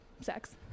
sex